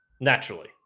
naturally